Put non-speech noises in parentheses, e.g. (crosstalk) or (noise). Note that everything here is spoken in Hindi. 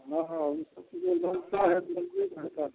हाँ हाँ वह सब की भी व्यवस्था है (unintelligible)